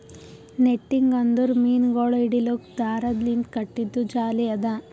netting ಅಂದುರ್ ಮೀನಗೊಳ್ ಹಿಡಿಲುಕ್ ದಾರದ್ ಲಿಂತ್ ಕಟ್ಟಿದು ಜಾಲಿ ಅದಾ